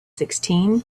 sixteen